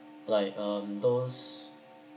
like um those